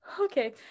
Okay